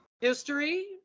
history